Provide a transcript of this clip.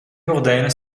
gordijnen